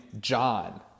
John